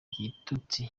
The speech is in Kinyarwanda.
igitutsi